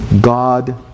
God